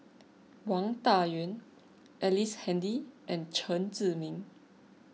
Wang Dayuan Ellice Handy and Chen Zhiming